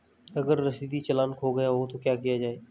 अगर रसीदी चालान खो गया तो क्या किया जाए?